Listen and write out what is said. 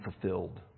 fulfilled